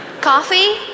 coffee